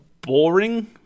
boring